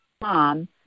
mom